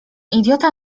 idiota